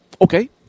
okay